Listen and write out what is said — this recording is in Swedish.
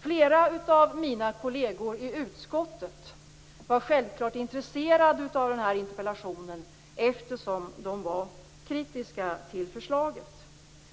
Flera av mina kolleger i utskottet var självklart intresserade av den här interpellationen eftersom de var kritiska till förslaget.